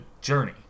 journey